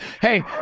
Hey